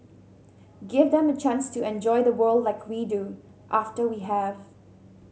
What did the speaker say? give them a chance to enjoy the world like we do after we have